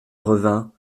revint